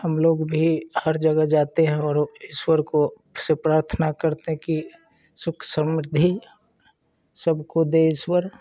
हम लोग भी हर जगह जाते हैं और ईश्वर को से प्रार्थना करते कि सुख समृद्धि सब को दे ईश्वर